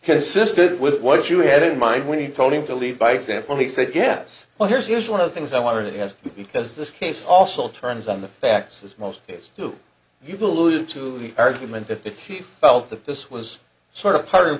consistent with what you had in mind when you told him to lead by example he said yes well here's here's one of the things i want to ask you because this case also turns on the facts as most is to you balloon to the argument that if he felt that this was sort of part and